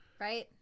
Right